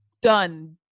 done